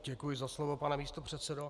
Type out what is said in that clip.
Děkuji za slovo, pane místopředsedo.